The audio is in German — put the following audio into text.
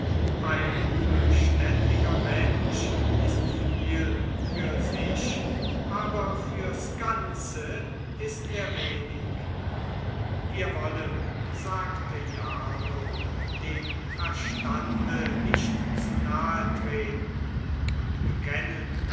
ein verständiger mensch ist viel für sich aber fürs ganze ist er wenig wir wollen sagte jarno dem verstande nicht zu nahe treten und bekennen